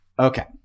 Okay